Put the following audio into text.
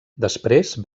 després